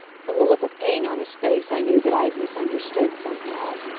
from the look of pain on his face i knew that i had misunderstood, somehow.